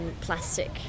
plastic